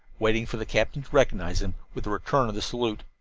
waiting for the captain to recognize him with a return of the salute.